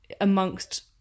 amongst